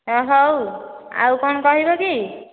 ହ ହଉ ଆଉ କ'ଣ କହିବକି